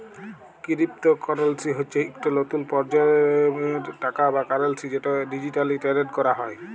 crypto currency হচ্যে ইকট লতুল পরজলমের টাকা বা কারেলসি যেট ডিজিটালি টেরেড ক্যরা হয়